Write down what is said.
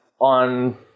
on